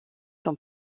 son